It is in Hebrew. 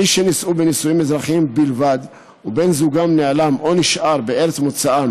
מי שנישאו בנישואים אזרחיים בלבד ובן הזוג נעלם או נשאר בארץ מוצאם